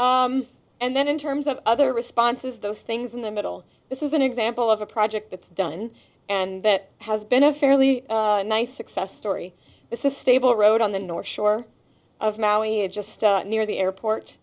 and then in terms of other responses those things in the middle this is an example of a project that's done and that has been a fairly nice success story this is stable road on the north shore of maui it just near the airport